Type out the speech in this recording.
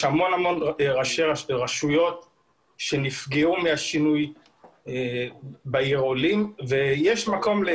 יש המון רשויות שנפגעו מהשינוי בעיר עולים ויש מקום.